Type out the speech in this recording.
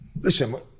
Listen